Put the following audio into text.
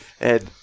and-